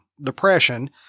depression